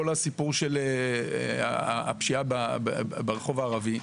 כל הסיפור של הפשיעה ברחוב הערבי,